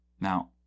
Now